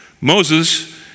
Moses